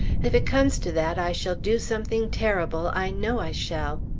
if it comes to that i shall do something terrible. i know i shall.